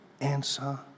answer